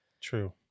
True